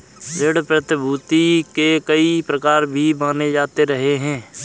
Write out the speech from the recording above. ऋण प्रतिभूती के कई प्रकार भी माने जाते रहे हैं